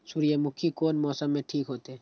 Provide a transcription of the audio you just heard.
सूर्यमुखी कोन मौसम में ठीक होते?